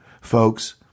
Folks